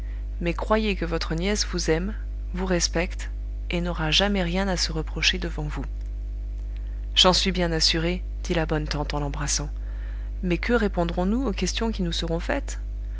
mais croyez que votre nièce vous aime vous respecte et n'aura jamais rien à se reprocher devant vous j'en suis bien assurée dit la bonne tante en l'embrassant mais que répondrons-nous aux questions qui nous seront faites